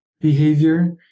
behavior